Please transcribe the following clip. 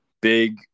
big